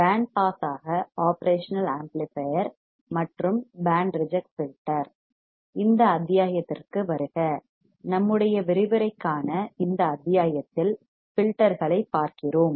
pant பாஸாக operational amplifier மற்றும் band reject filter இந்த அத்தியாயத்திற்கு வருக நம்முடைய விரிவுரைக்கான இந்த அத்தியாயத்தில் ஃபில்டர்களைப் பார்க்கிறோம்